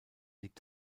liegt